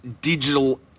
digital